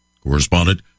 Correspondent